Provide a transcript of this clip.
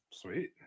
Sweet